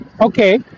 okay